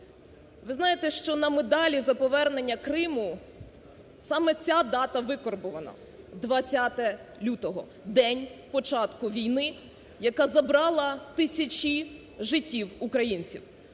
Ви знаєте, що на медалі"Зза повернення Криму" саме ця дата викарбувана – 20 лютого. День початку війни, яка забрала тисячі життів українців.